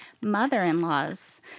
mother-in-law's